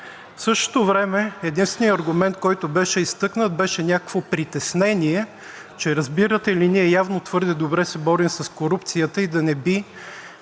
В същото време единственият аргумент, който беше изтъкнат, беше някакво притеснение, че, разбирате ли, ние явно твърде добре се борим с корупцията и да не би